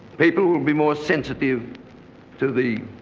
people will be more sensitive to the